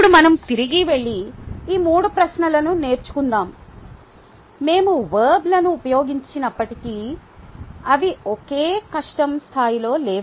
ఇప్పుడు మనం తిరిగి వెళ్లి ఈ 3 ప్రశ్నలను నేర్చుకుందాం మేము వర్బ్లను ఉపయోగించినప్పటికీ అవి ఒకే కష్టం స్థాయిలో లేవు